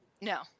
No